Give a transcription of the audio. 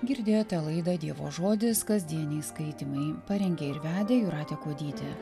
girdėjote laidą dievo žodis kasdieniai skaitymai parengė ir vedė jūratė kuodytė